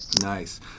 nice